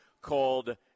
called